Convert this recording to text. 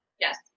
Yes